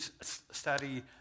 study